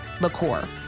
liqueur